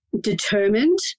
determined